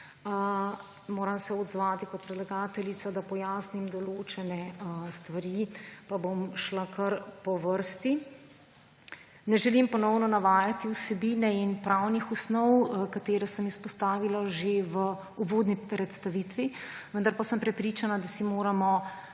Moram se odzvati kot predlagateljica, da pojasnim določene stvari, pa bom šla kar po vrsti. Ne želim ponovno navajati vsebine in pravnih osnov, katere sem izpostavila že v uvodni predstavitvi. Vendar pa sem prepričana, da si moramo